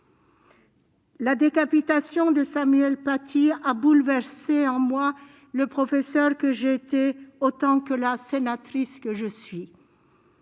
La décapitation de Samuel Paty a bouleversé en moi le professeur que j'ai été autant que la sénatrice que je suis.